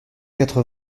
quatre